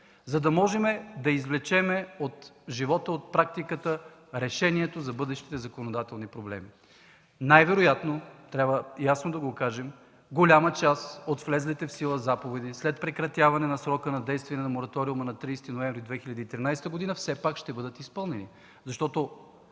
за да можем да извлечем от живота, от практиката решението за бъдещите законодателни проблеми. Най-вероятно трябва да кажем ясно, че голяма част от влезлите в сила заповеди след прекратяване на срока на действие на мораториума на 30 ноември 2013 г. все пак ще бъдат изпълнени. Защото